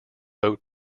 boat